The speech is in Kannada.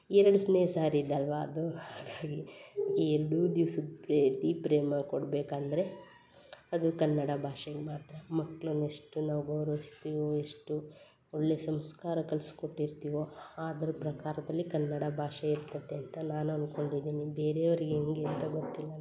ಎರಡನೇ ಸಾರಿದು ಅಲ್ಲವ ಅದು ಹಾಗಾಗಿ ಎರಡು ದಿವ್ಸದ ಪ್ರೀತಿ ಪ್ರೇಮ ಕೊಡಬೇಕಂದ್ರೆ ಅದು ಕನ್ನಡ ಭಾಷೆಯಲ್ಲಿ ಮಾತ್ರ ಮಕ್ಳನ್ನ ಎಷ್ಟು ನಾವು ಗೌರವಿಸ್ತೀವಿ ಎಷ್ಟು ಒಳ್ಳೆಯ ಸಂಸ್ಕಾರ ಕಲಿಸ್ಕೊಟ್ಟಿರ್ತೀವೋ ಅದ್ರ ಪ್ರಕಾರದಲ್ಲಿ ಕನ್ನಡ ಭಾಷೆ ಇರ್ತೈತೆ ಅಂತ ನಾನು ಅಂದ್ಕೋಂಡಿದ್ದೀನಿ ಬೇರೆಯವರಿಗೆ ಹೆಂಗೆ ಅಂತ ಗೊತ್ತಿಲ್ಲ ನಮಗೆ